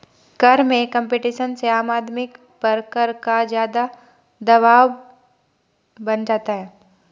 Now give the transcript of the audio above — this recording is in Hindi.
कर में कम्पटीशन से आम आदमी पर कर का ज़्यादा दवाब बन जाता है